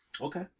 Okay